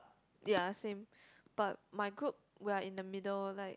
ya same but my group we are in the middle like